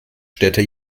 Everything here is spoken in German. städte